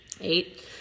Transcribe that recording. eight